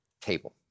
table